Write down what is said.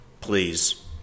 Please